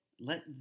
let